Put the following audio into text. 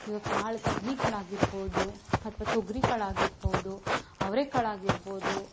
ಇವಾಗ್ ಕಾಳು ತಡ್ನಿ ಕಾಳು ಆಗಿರ್ಬೋದು ಅಥವ ತೊಗರಿ ಕಾಳು ಆಗಿರ್ಬೋದು ಅವರೆ ಕಾಳು ಆಗಿರ್ಬೋದು